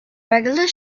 regular